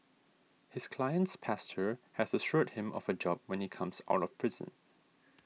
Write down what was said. his client's pastor has assured him of a job when he comes out of prison